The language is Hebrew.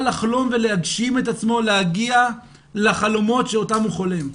לחלום ולהגשים את עצמו להגיע לחלומות שאותם הוא חולם.